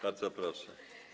Bardzo proszę.